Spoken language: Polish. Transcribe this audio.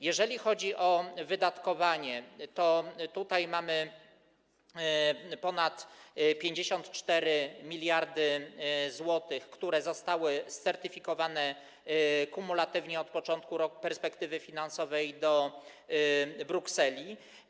Jeżeli chodzi o wydatkowanie, to tutaj mamy ponad 54 mld zł, które zostały certyfikowane kumulatywnie od początku perspektywy finansowej do Brukseli.